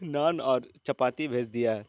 نان اور چپاتی بھیج دیا ہے